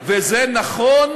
וזה נכון